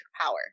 power